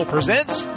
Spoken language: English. presents